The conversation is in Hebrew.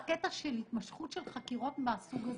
וההנחיות ירדו.